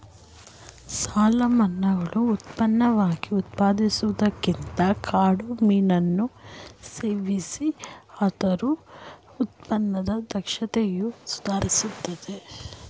ಸಾಲ್ಮನ್ಗಳು ಉತ್ಪನ್ನವಾಗಿ ಉತ್ಪಾದಿಸುವುದಕ್ಕಿಂತ ಕಾಡು ಮೀನನ್ನು ಸೇವಿಸ್ತವೆ ಆದ್ರೂ ಉತ್ಪಾದನೆ ದಕ್ಷತೆಯು ಸುಧಾರಿಸ್ತಿದೆ